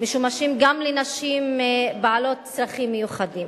משמשים גם לנשים בעלות צרכים מיוחדים.